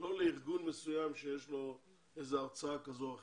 לא לארגון מסוים שיש לו הרצאה כזו או אחרת,